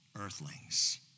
earthlings